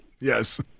yes